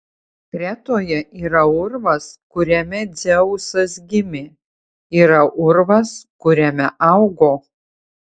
kretoje yra urvas kuriame dzeusas gimė yra urvas kuriame augo